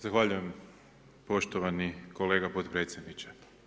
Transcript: Zahvaljujem poštovani kolega potpredsjedniče.